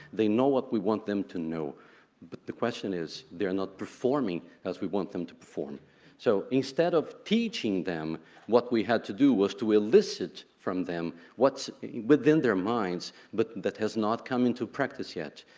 they know what we want them to know. but the question is they're not performing as we want them to perform so instead of teaching them what we had to do was to elicit from them what's within their minds but that has not come into practice yet.